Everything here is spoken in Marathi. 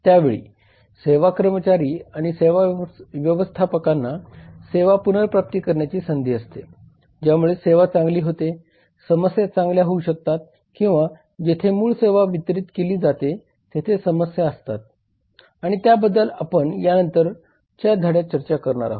त्या वेळी सेवा कर्मचारी आणि सेवा व्यवस्थापकांना सेवा पुनर्प्राप्त करण्याची संधी असते ज्यामुळे सेवा चांगली होते समस्या चांगल्या होऊ शकतात किंवा जेथे मूळ सेवा वितरीत केली जाते तेथे समस्या असतात आणि त्याबद्दल आपण यानंतरच्या धड्यात चर्चा करूया